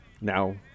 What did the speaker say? now